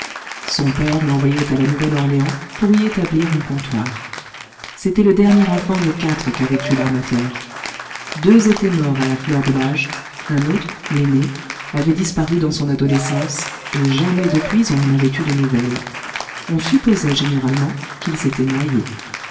son père l'envoyait à la nouvelle-orléans pour y établir un comptoir c'était le dernier enfant de quatre qu'avait eus l'armateur deux étaient morts à la fleur de l'âge un autre l'aîné avait disparu dans son adolescence et jamais depuis on n'en avait eu de nouvelles on supposait généralement qu'il s'était noyé